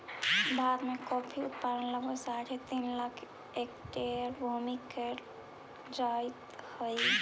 भारत में कॉफी उत्पादन लगभग साढ़े तीन लाख हेक्टेयर भूमि में करल जाइत हई